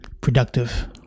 productive